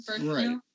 Right